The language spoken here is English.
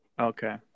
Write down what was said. Okay